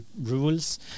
rules